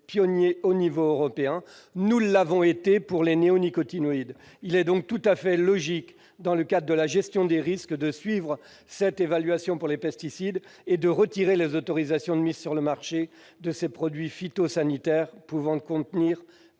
dans ce domaine, comme nous l'avons été pour les néonicotinoïdes. Il est donc tout à fait logique, dans l'optique de la gestion des risques, de suivre cette évaluation des pesticides et de retirer les autorisations de mise sur le marché des produits phytosanitaires pouvant en contenir.